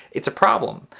it's a problem.